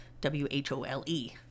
w-h-o-l-e